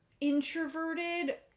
introverted